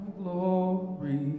glory